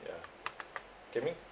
yeah Kian Ming